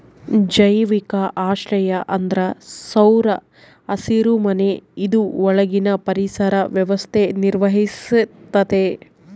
ಜೈವಿಕ ಆಶ್ರಯ ಅಂದ್ರ ಸೌರ ಹಸಿರುಮನೆ ಇದು ಒಳಗಿನ ಪರಿಸರ ವ್ಯವಸ್ಥೆ ನಿರ್ವಹಿಸ್ತತೆ